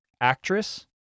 actress